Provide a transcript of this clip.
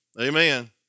Amen